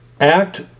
Act